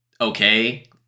okay